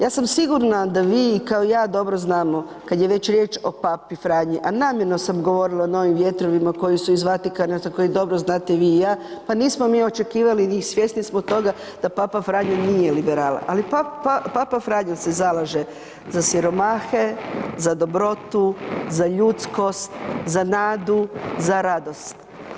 Ja sam sigurna da vi, kao i ja, dobro znamo kad je već riječ o Papi Franji, a namjerno sam govorila o novim vjetrovima koji su iz Vatikana, za koje dobro znate i vi, i ja, pa nismo mi očekivali njih, svjesni smo toga da Papa Franjo nije liberal, ali Papa Franjo se zalaže za siromahe, za dobrotu, za ljudskost, za nadu, za radost.